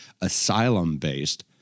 asylum-based